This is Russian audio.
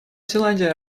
зеландия